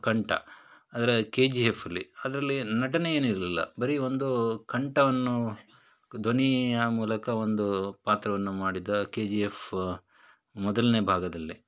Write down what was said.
ಕಂಠ ಅಂದರೆ K G F ಅಲ್ಲಿ ಅದರಲ್ಲಿ ನಟನೆ ಏನೂ ಇರಲಿಲ್ಲ ಬರೀ ಒಂದು ಕಂಠವನ್ನು ಧ್ವನಿಯ ಮೂಲಕ ಒಂದು ಪಾತ್ರವನ್ನು ಮಾಡಿದ ಕೆ ಜಿ ಎಫ್ ಮೊದಲನೇ ಭಾಗದಲ್ಲಿ